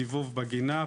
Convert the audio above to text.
סיבוב בגינה,